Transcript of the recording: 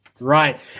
Right